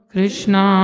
Krishna